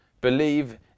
believe